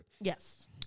Yes